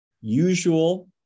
usual